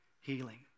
healing